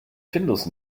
findus